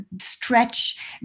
stretch